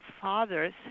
fathers